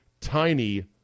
tiny